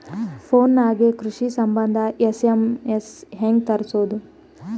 Phone ನಾಗೆ ಕೃಷಿ ಸಂಬಂಧ ಎಸ್.ಎಮ್.ಎಸ್ ಹೆಂಗ ತರಸೊದ?